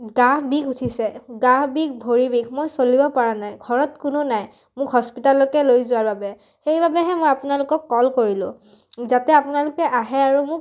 গা বিষ উঠিছে গা বিষ ভৰি বিষ মই চলিব পৰা নাই ঘৰত কোনো নাই মোক হস্পিটেললৈকে লৈ যোৱাৰ বাবে সেইবাবেহে মই আপোনালোকক কল কৰিলোঁ যাতে আপোনালোকে আহে আৰু মোক